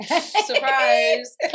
Surprise